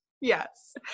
Yes